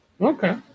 Okay